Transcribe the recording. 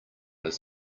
his